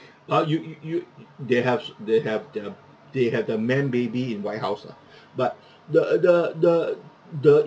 uh you you you they have they have they've they have the manbaby in white house lah but the the the the